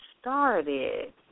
started